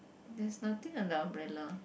there's nothing an umbrella